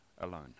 alone